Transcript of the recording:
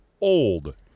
old